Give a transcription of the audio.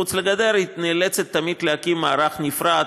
מחוץ לגדר היא נאלצת תמיד להקים מערך נפרד,